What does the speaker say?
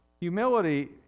Humility